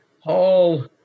Paul